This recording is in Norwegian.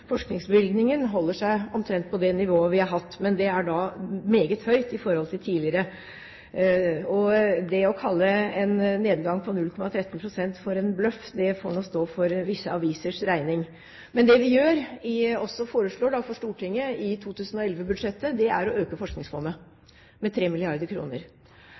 forskningsbevilgningen holder seg omtrent på det nivået vi har hatt, men det er da meget høyt i forhold til tidligere. Det å kalle en nedgang på 0,13 pst. for en bløff får stå for visse avisers regning. Men det vi gjør, og også foreslår for Stortinget, i 2011-budsjettet, er å øke forskningsfondet med